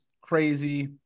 crazy